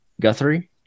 Guthrie